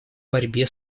борьбе